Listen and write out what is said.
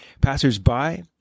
Passers-by